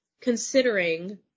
considering